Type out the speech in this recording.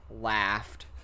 laughed